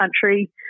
country